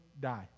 die